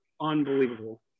unbelievable